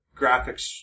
graphics